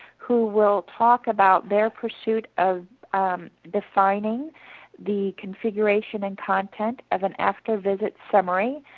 who will talk about their pursuit of defining the configuration and contact of an after-visit summary,